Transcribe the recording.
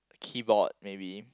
keyboard maybe